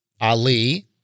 Ali